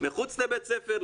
מחוץ לבית הספר,